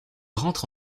rentre